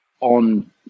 on